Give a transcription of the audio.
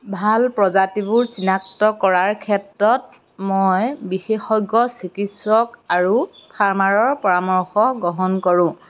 ভাল প্ৰজাতিবোৰ চিনাক্ত কৰাৰ ক্ষেত্ৰত মই বিশেষজ্ঞ চিকিৎসক আৰু ফাৰ্মাৰৰ পৰামৰ্শ গ্ৰহণ কৰোঁ